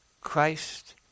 Christ